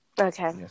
Okay